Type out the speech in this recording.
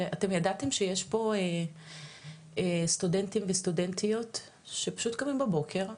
יש פה סטודנטים וסטודנטיות שפשוט קמים בבוקר,